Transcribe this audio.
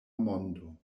mondo